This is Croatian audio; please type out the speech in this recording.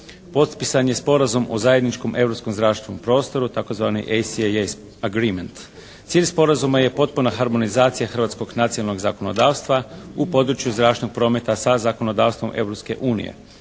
potpisan je Sporazum o zajedničkom europskom zračnom prostoru tzv. ECAA agreement. Cilj sporazuma je potpuna harmonizacija hrvatskog nacionalnog zakonodavstva u području zračnog prometa sa zakonodavstvom